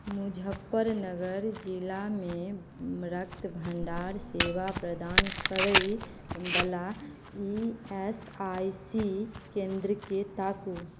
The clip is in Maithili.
मुजफ्फरनगर जिलामे रक्त भंडार सेवा प्रदान करै बला ई एस आई सी केंद्रकेँ ताकू